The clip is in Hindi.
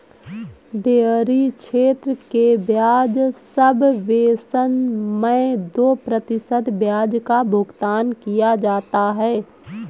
डेयरी क्षेत्र के ब्याज सबवेसन मैं दो प्रतिशत ब्याज का भुगतान किया जाता है